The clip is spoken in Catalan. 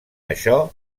això